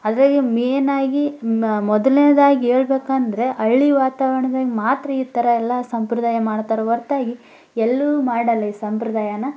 ಅದರಾಗೆ ಮೇನಾಗಿ ಮೊದಲನೇದಾಗಿ ಹೇಳ್ಬೇಕಂದ್ರೆ ಹಳ್ಳಿ ವಾತಾವರಣದಾಗ ಮಾತ್ರ ಈ ಥರ ಎಲ್ಲ ಸಂಪ್ರದಾಯ ಮಾಡ್ತಾರೆ ಹೊರ್ತಾಗಿ ಎಲ್ಲೂ ಮಾಡೋಲ್ಲ ಈ ಸಂಪ್ರದಾಯನ